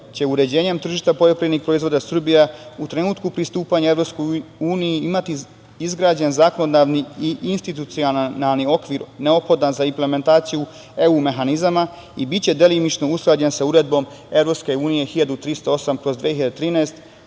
će uređenjem tržišta poljoprivrednih proizvoda Srbija u trenutku pristupanja EU imati izgrađen zakonodavni i institucionalni okvir neophodan za implementaciju EU mehanizama i biće delimično usklađen sa Uredbom EU 1308/2013